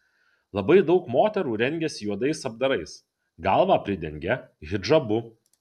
labai daug moterų rengiasi juodais apdarais galvą pridengia hidžabu